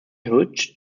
hodges